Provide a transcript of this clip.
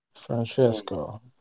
Francesco